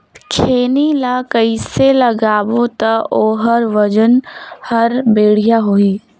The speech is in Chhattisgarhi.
खैनी ला कइसे लगाबो ता ओहार वजन हर बेडिया होही?